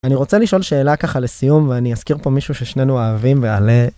אני רוצה לשאול שאלה ככה לסיום ואני אזכיר פה מישהו ששנינו אוהבים